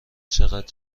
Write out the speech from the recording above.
چقدر